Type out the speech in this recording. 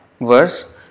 verse